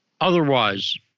otherwise